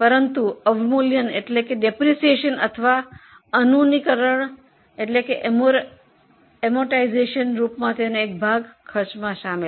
પરંતુ ઘસારાના રૂપમાં તેનો એક ભાગ ખર્ચમાં શામેલ છે